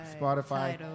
Spotify